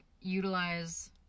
utilize